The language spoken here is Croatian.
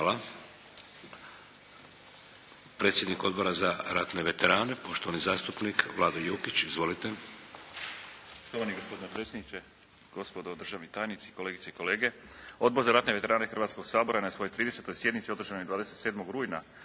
Hvala. Predsjednik Odbora za ratne veterane, poštovani zastupnik Vlado Jukić. Izvolite.